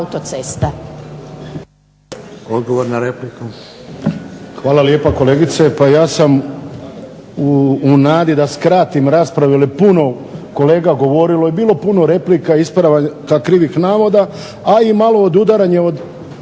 Hvala lijepa kolegice. Pa ja sam u nadi da skratim raspravu jer je puno kolega govorilo i bilo puno ispravaka krivih navoda i replika, ali i malo odudaranje od